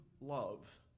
love